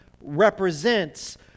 represents